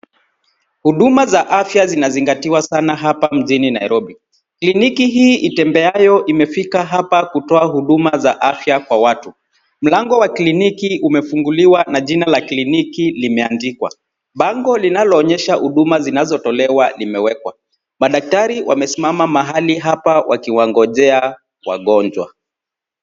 Huduma za afya zinazingatiwa sana hapa mjini Nairobi. Kliniki hii itembeayo imefika hapa kutoa huduma za afya kwa watu. Mlango wa kliniki umefunguliwa na jina la kliniki limeandikwa. Bango linaloonyesha huduma zinazotolewa limewekwa. Madaktari wamesimama mahali hapa wakiwangojea wagonjwa.